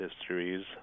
histories